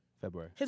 February